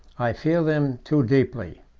i feel them too deeply.